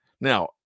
Now